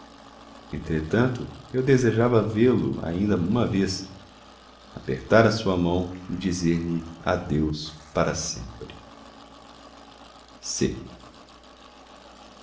entretanto eu desejava vê-lo ainda uma vez apertar a sua mão e dizer-lhe adeus para sempre